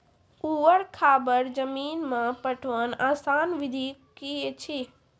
ऊवर खाबड़ जमीन मे पटवनक आसान विधि की ऐछि?